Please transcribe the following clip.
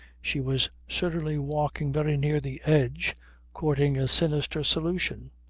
she was certainly walking very near the edge courting a sinister solution.